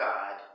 God